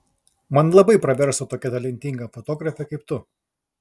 man labai praverstų tokia talentinga fotografė kaip tu